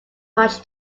much